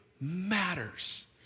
matters